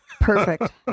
perfect